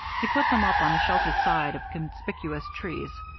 he put them up on the sheltered side of conspicuous trees,